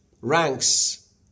ranks